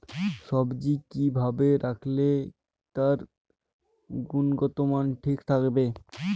সবজি কি ভাবে রাখলে তার গুনগতমান ঠিক থাকবে?